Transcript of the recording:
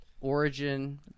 origin